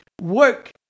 work